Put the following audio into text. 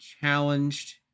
challenged